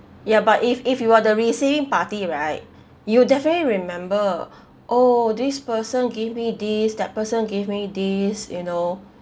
ya but if if you are the receiving party right you'll definitely remember oh this person give me this that person give me this you know